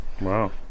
Wow